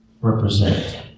represent